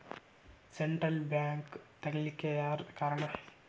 Central bank ತಗಿಲಿಕ್ಕೆಯಾರ್ ಕಾರಣಾ?